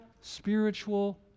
spiritual